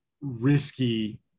risky